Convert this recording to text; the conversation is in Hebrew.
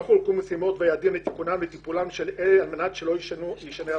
לא חולקו משימות ויעדים לתיקונם ולטיפולם של אלו על מנת שלא יישנה המצב.